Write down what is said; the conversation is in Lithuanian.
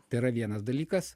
tai yra vienas dalykas